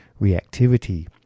reactivity